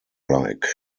like